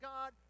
God